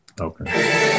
Okay